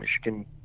Michigan